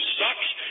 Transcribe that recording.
sucks